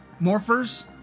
Morphers